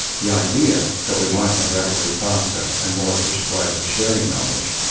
the idea that we might have radically faster and more efficient ways of sharing knowledge,